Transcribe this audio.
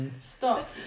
Stop